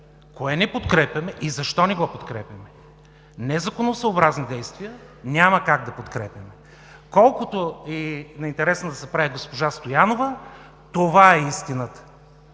кое не подкрепяме и защо не го подкрепяме. Незаконосъобразни действия няма как да подкрепяме. Колкото и на интересна да се прави госпожа Стоянова, това е истината